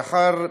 לאחר